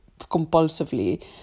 compulsively